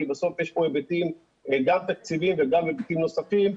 כי בסוף יש פה היבטים גם תקציביים וגם היבטים נוספים,